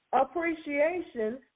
Appreciation